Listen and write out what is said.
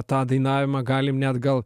tą dainavimą galim net gal